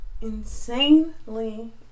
insanely